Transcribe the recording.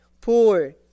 poor